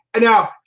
Now